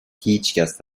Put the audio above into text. هیچکس